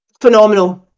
phenomenal